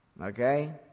Okay